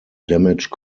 damage